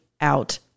out